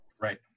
right